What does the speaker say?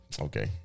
Okay